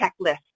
checklist